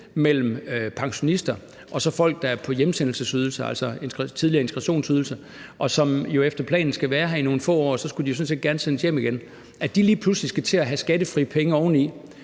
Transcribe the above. mellem pensionister og så folk, der er på hjemsendelsesydelse, altså tidligere integrationsydelse, og som efter planen skal være her i nogle få år. Så skulle de jo sådan set gerne sendes hjem igen. At de lige pludselig skal til at have skattefri penge oven